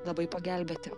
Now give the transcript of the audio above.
labai pagelbėti